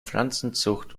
pflanzenzucht